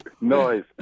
Noise